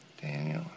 Daniel